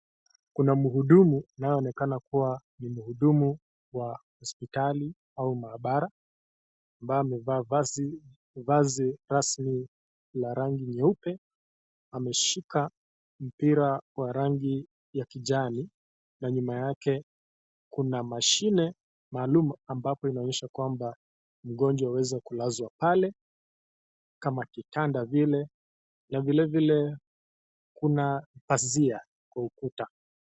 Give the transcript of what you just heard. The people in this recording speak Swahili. Kuna mhudumu anayeonekana kuwa mhudumu wa hospitali au maabara, ambaye amevaa vazi vazi rasmi la rangi nyeupe. Ameshika mpira wa rangi ya kijani na nyuma yake kuna mashine maalum ambapo inayoonyesha kwamba mgonjwa uweza kulazwa pale kama kitanda vile na vilevile kuna pazia kwa ukuta.